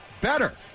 better